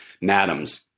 madams